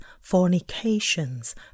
fornications